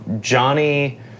Johnny